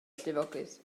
llifogydd